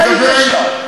מה ראית שם?